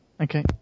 Okay